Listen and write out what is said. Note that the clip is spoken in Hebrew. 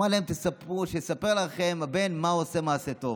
אמר להם: שיספר לכם הבן מה הוא עושה, מעשה טוב.